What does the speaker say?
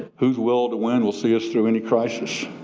who's will to win will see us through any crisis,